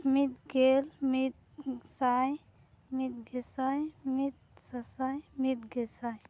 ᱢᱤᱫ ᱜᱮᱞ ᱢᱤᱫ ᱜᱮᱥᱟᱭ ᱢᱤᱫ ᱜᱮᱥᱟᱭ ᱢᱤᱫ ᱥᱟᱥᱟᱭ ᱢᱤᱫ ᱜᱮᱥᱟᱭ